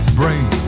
brain